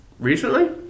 Recently